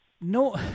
No